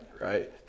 Right